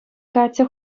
катя